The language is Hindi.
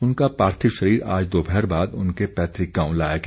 उनका पार्थिव शरीर आज दोपहर बाद उनके पैतृक गांव लाया गया